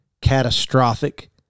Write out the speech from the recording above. catastrophic